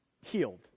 healed